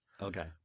Okay